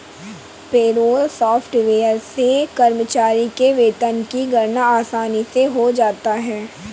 payroll software से कर्मचारी के वेतन की गणना आसानी से हो जाता है